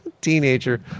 Teenager